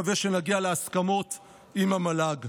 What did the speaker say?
פתאום חוזר וצריך לחזור לחייו באותו רגע.